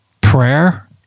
prayer